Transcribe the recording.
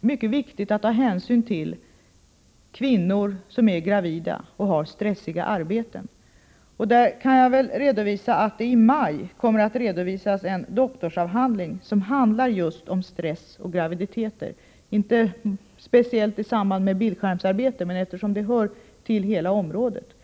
mycket viktigt att man tar hänsyn till kvinnor som är gravida och har stressiga arbeten. Jag kan redovisa att det i maj kommer att publiceras en doktorsavhandling som handlar om just stress och graviditeter, visserligen inte speciellt i samband med bildskärmsarbete, men eftersom stress hör till hela området har den betydelse.